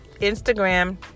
Instagram